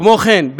כמו כן,